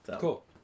cool